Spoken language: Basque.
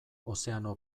ozeano